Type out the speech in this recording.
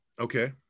Okay